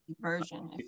version